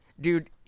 Dude